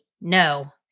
No